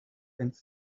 and